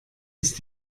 ist